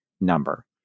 number